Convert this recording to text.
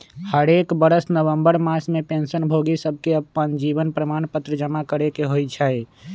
हरेक बरस नवंबर मास में पेंशन भोगि सभके अप्पन जीवन प्रमाण पत्र जमा करेके होइ छइ